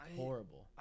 horrible